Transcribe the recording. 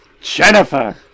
jennifer